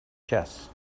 chess